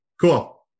cool